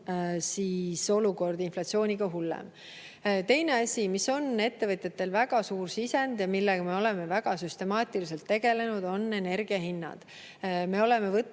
on olukord inflatsiooniga hullem. Teine asi, mis on ettevõtjatel väga suur sisend ja millega me oleme väga süstemaatiliselt tegelenud, on energiahinnad. Me oleme võtnud